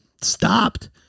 stopped